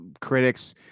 critics